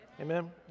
Amen